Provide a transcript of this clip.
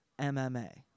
MMA